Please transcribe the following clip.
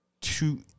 Two